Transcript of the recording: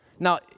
Now